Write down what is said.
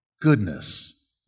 Goodness